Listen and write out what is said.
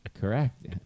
Correct